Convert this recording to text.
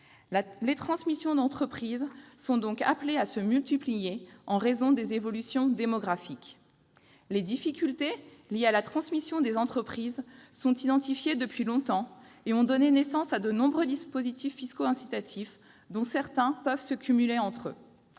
Les transmissions d'entreprise sont donc appelées à se multiplier en raison des évolutions démographiques. Les difficultés liées à la transmission des entreprises sont identifiées depuis longtemps et ont donné naissance à de nombreux dispositifs fiscaux incitatifs, dont certains peuvent se cumuler.